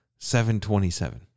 727